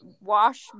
Wash